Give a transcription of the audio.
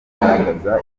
bagaragaza